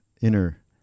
inner